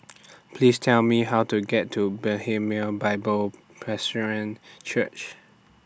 Please Tell Me How to get to Bethlehem Bible Presbyterian Church